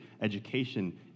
education